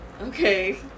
Okay